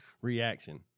reaction